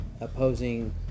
opposing